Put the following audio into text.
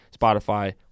Spotify